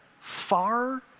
far